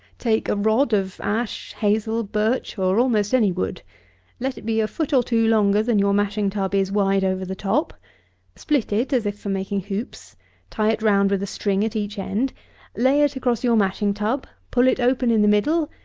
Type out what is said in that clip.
take a rod of ash, hazel, birch, or almost any wood let it be a foot or two longer than your mashing-tub is wide over the top split it, as if for making hoops tie it round with a string at each end lay it across your mashing-tub pull it open in the middle,